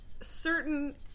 certain